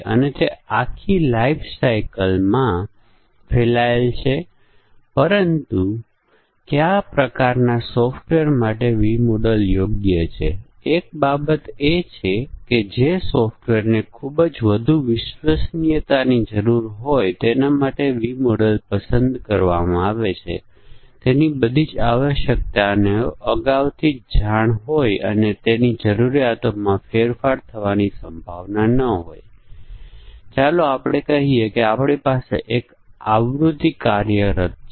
પરંતુ તે પછી આપણી પાસે આને ઑપ્ટિમાઇઝ કરવાની તક છે કારણ કે આમાંની કેટલીક શરતોની કાળજી લેવાની જરૂર નથી એકવાર તે ઘરેલું ફ્લાઇટ હોય અને તેની ટિકિટનો ખર્ચ 3૦૦૦ કરતા પણ ઓછો થઈ જાય આપણે ખરેખર તપાસ કરવાની જરૂર નથી કે તે અર્ધ ભરેલી છે કે નહીં આપણે તેની કાળજી લેતા નથી